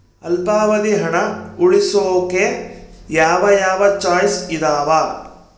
ಅಲ್ಪಾವಧಿ ಹಣ ಉಳಿಸೋಕೆ ಯಾವ ಯಾವ ಚಾಯ್ಸ್ ಇದಾವ?